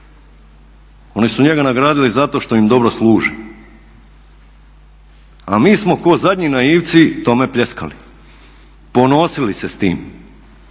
oni su njega nagradili zato što im dobro služi. A mi smo ko zadnji naivci tome pljeskali, ponosili se s tim,